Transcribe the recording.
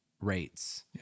rates